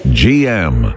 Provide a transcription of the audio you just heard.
gm